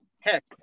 Heck